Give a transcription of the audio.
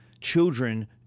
children